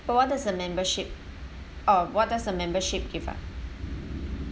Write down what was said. but what does the membership uh what does a membership give ah